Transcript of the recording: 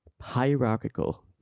hierarchical